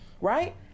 right